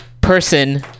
person